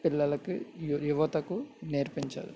పిల్లలకి యువతకు నేర్పించాలి